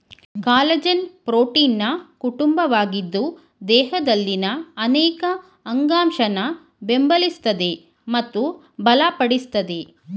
collagen ಪ್ರೋಟೀನ್ನ ಕುಟುಂಬವಾಗಿದ್ದು ದೇಹದಲ್ಲಿನ ಅನೇಕ ಅಂಗಾಂಶನ ಬೆಂಬಲಿಸ್ತದೆ ಮತ್ತು ಬಲಪಡಿಸ್ತದೆ